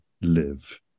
live